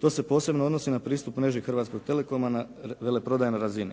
To se posebno odnosi na pristup mreži Hrvatskog Telekoma na veleprodajnoj razini.